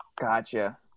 Gotcha